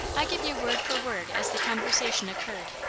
i give you word for word as the conversation occurred.